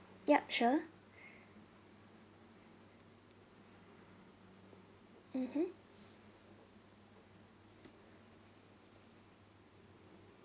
yup sure mmhmm